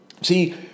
see